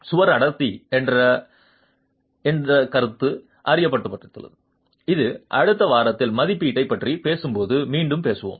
சுவர் அடர்த்தி என்ற கருத்து அறிமுகப்படுத்தப்பட்டுள்ளது இது அடுத்த வாரத்தில் மதிப்பீட்டைப் பற்றி பேசும்போது மீண்டும் பேசுவோம்